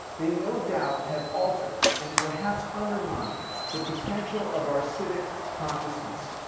they no doubt have altered, and perhaps undermined the potential of our civic consciousness.